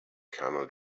camel